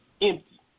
empty